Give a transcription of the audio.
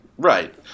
Right